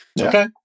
Okay